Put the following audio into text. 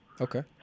Okay